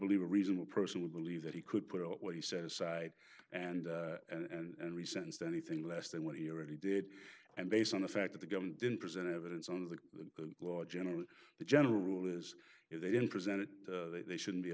believe a reasonable person would believe that he could put what he said aside and and resents anything less than what he already did and based on the fact that the government didn't present evidence on the floor generally the general rule is if they didn't present it they shouldn't be